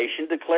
declared